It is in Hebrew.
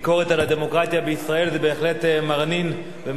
הדמוקרטיה בישראל זה בהחלט מרנין ומלבב,